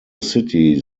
city